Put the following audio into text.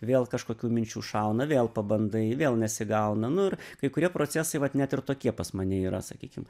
vėl kažkokių minčių šauna vėl pabandai vėl nesigauna nu ir kai kurie procesai vat net ir tokie pas mane yra sakykim